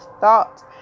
thought